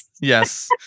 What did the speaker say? Yes